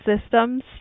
systems